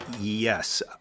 Yes